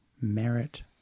merit